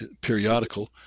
periodical